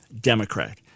Democrat